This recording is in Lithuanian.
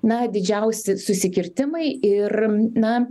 na didžiausi susikirtimai ir na